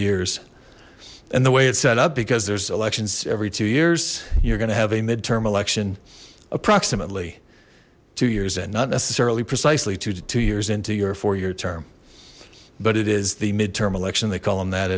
years and the way it's set up because there's elections every two years you're gonna have a midterm election approximately two years and not necessarily precisely two to two years into your four year term but it is the midterm election they call them that